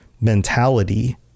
mentality